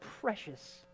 precious